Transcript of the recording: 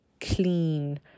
clean